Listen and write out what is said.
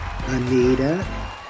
Anita